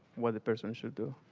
what the person should do?